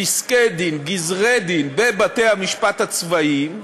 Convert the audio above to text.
פסקי-דין, גזרי-דין, בבתי-המשפט הצבאיים,